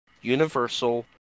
Universal